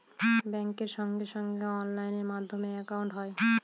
ব্যাঙ্কের সঙ্গে সঙ্গে অনলাইন মাধ্যমে একাউন্ট হয়